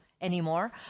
anymore